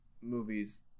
movies